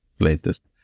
latest